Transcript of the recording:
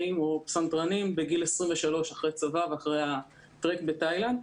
או פסנתרנים בגיל 23 אחרי צבא ואחרי הטרק בתאילנד.